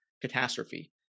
Catastrophe